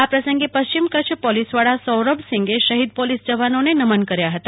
આ પ્રસંગે પશ્ચિમ કચ્છ પોલીસ વડા સૌરભ સિંઘે શહિદ પોલીસ જવાનોને નમન કર્યા હતા